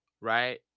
right